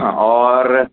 हँ और